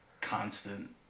constant